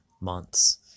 months